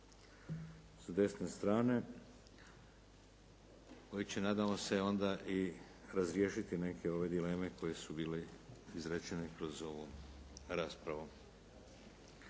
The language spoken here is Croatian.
sa desne strane koji će nadamo se onda i razriješiti neke ove dileme koje su bile izrečene kroz ovu raspravu.